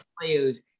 players